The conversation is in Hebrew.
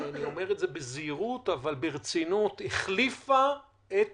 אני אומר את זה בזהירות אבל ברצינות, החליפה את